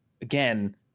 again